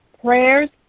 prayers